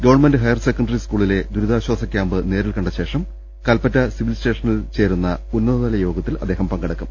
government higher secondary സ്കൂളിലെ ദുരിതാശ്ചാസ camp നേരിൽ കണ്ട ശേഷം കൽപ്പറ്റ സിവിൽ സ്റ്റേഷനിൽ ചേരുന്ന ഉന്നതതല യോഗ ത്തിൽ അദ്ദേഹം പങ്കെടുക്കും